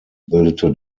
bildete